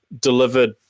delivered